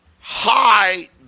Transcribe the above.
high